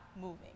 moving